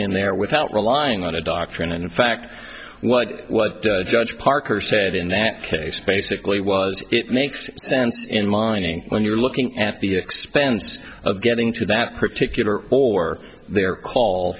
in there without relying on a doctrine and in fact what what judge parker said in that case basically was it makes sense in mining when you're looking at the expense of getting to that particular or their call